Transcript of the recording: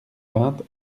vingt